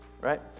Right